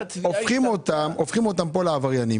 הופכים אותם לעבריינים.